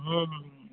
हूँ